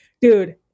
dude